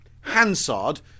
Hansard